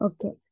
Okay